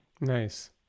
Nice